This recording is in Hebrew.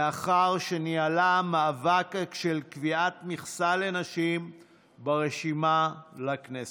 לאחר שניהלה מאבק של קביעת מכסה לנשים ברשימה לכנסת.